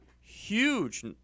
huge